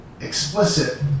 explicit